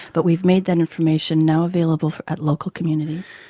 but we've made that information now available at local communities.